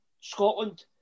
Scotland